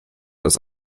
dass